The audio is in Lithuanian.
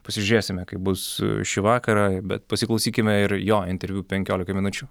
pasižiūrėsime kaip bus šį vakarą bet pasiklausykime ir jo interviu penkiolikai minučių